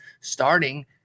starting